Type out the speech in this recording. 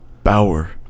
bauer